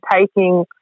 taking